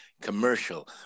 commercial